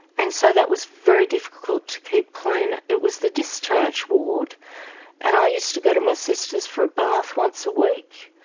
and so that was very difficult to keep clean. it was the discharge ward and i used to go to my sisters for a bath once a week.